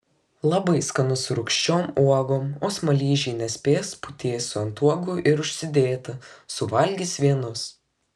labai skanu su rūgščiom uogom o smaližiai nespės putėsių ant uogų ir užsidėti suvalgys vienus